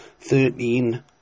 thirteen